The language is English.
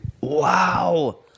wow